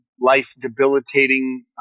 life-debilitating